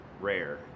rare